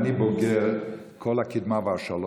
אני בוגר של קול הקדמה והשלום.